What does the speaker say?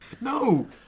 No